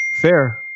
Fair